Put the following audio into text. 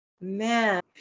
man